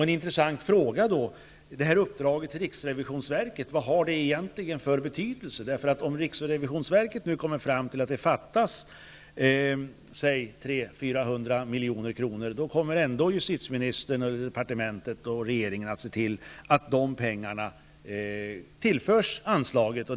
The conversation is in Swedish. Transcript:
En intressant fråga är vad uppdraget till riksrevisionsverket egentligen har för betydelse. Om riksrevisionsverket nu kommer fram till att det fattas 300--400 milj.kr., kommer justitieministern, departementet och regeringen då att se till att de pengarna tillförs anslaget?